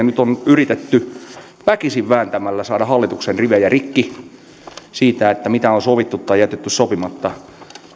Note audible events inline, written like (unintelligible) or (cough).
(unintelligible) nyt on yritetty väkisin vääntämällä saada hallituksen rivejä rikki siitä mitä on sovittu tai jätetty sopimatta